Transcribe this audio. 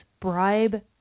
bribe